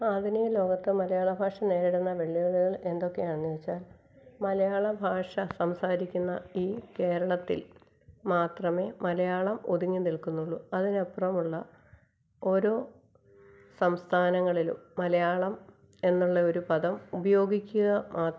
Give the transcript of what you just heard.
ആധുനിക ലോകത്ത് മലയാള ഭാഷ നേരിടുന്ന വെല്ലുവികൾ എന്തൊക്കെയാണെന്ന് ചോദിച്ചാൽ മലയാള ഭാഷ സംസാരിക്കുന്ന ഈ കേരളത്തിൽ മാത്രമേ മലയാളം ഒതുങ്ങി നിൽക്കുന്നുള്ളു അതിനപ്പുറമുള്ള ഓരോ സംസ്ഥാനങ്ങളിലും മലയാളം എന്നുള്ളയൊരു പദം ഉപയോഗിക്കുക